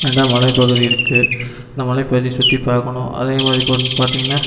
மலைப்பகுதி இருக்கு அந்த மலைப்பகுதி சுற்றி பார்க்கணும் அதே மாரி இப்போ பார்த்தீங்கன்னா